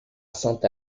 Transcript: sainte